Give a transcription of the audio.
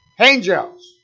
Angels